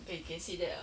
okay you can say that ah